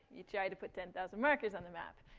you tried to put ten thousand markers on the map.